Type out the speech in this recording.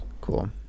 Cool